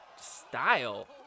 style